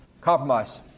Compromise